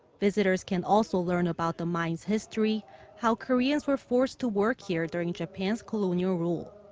visitors can also learn about the mine's history how koreans were forced to work here during japan's colonial rule.